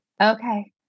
okay